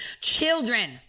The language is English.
children